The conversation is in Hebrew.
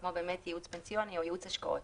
כמו ייעוץ פנסיוני או ייעוץ השקעות,